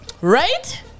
right